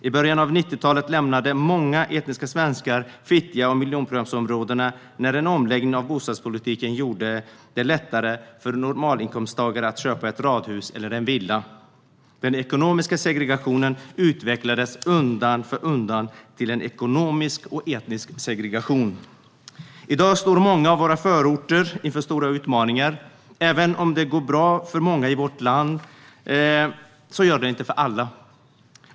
I början av 90-talet lämnade många etniska svenskar Fittja och miljonprogramsområdena när en omläggning av bostadspolitiken gjorde det lättare för normalinkomsttagare att köpa ett radhus eller en villa. Den ekonomiska segregationen utvecklades undan för undan till en ekonomisk och etnisk segregation. I dag står många av våra förorter inför stora utmaningar. Även om det går bra för många i vårt land går det inte bra för alla.